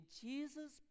jesus